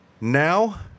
Now